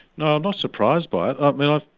not not surprised by it. um and